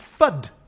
FUD